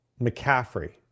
McCaffrey